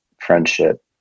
friendship